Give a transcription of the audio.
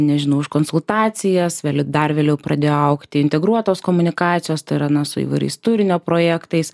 nežinau už konsultacijas vėl dar vėliau pradėjo augti integruotos komunikacijos tai yra nu su įvairiais turinio projektais